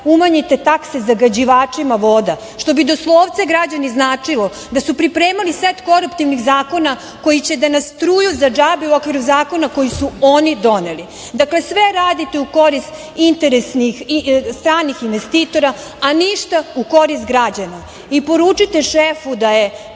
umanjite takse zagađivačima voda, što bi doslovce, građani, značilo da su pripremali set koruptivnih zakona koji će da nas truju za džabe u okviru zakona koji su oni doneli. Dakle, sve radite u korist stranih investitora, a ništa u korist građana. Poručite šefu da je